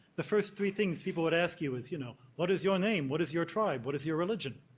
the first three things people would ask you is, you know, what is your name? what is your tribe? what is your religion?